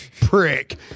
prick